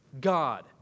God